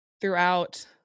throughout